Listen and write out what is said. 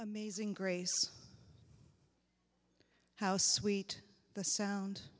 amazing grace how sweet the sound